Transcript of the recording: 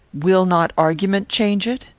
will not argument change it?